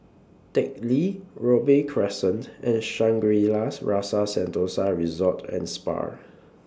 Teck Lee Robey Crescent and Shangri La's Rasa Sentosa Resort and Spa